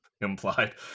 implied